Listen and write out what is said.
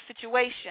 situation